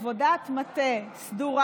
עבודת מטה סדורה,